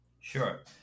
Sure